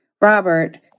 Robert